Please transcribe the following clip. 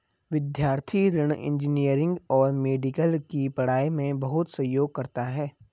विद्यार्थी ऋण इंजीनियरिंग और मेडिकल की पढ़ाई में बहुत सहयोग करता है